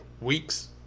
weeks